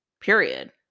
period